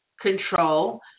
control